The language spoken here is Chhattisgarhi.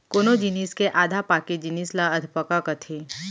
कोनो जिनिस के आधा पाके जिनिस ल अधपका कथें